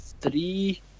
three